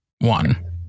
one